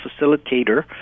facilitator